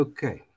Okay